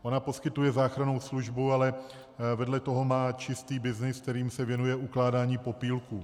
Ona poskytuje záchrannou službu, ale vedle toho má čistý byznys, kterým se věnuje ukládání popílků.